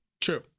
True